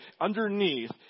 underneath